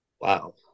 wow